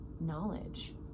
knowledge